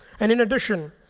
and in addition,